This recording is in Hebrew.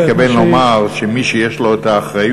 אתה מתכוון לומר שמי שיש לו האחריות,